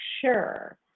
sure